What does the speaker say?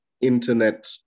internet